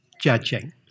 judging